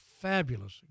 fabulous